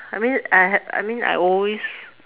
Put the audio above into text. I mean I had I mean I always